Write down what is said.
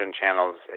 channels